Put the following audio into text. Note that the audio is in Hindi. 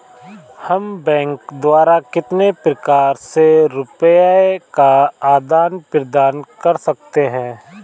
हम बैंक द्वारा कितने प्रकार से रुपये का आदान प्रदान कर सकते हैं?